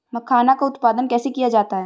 मखाना का उत्पादन कैसे किया जाता है?